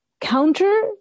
counter